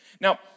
Now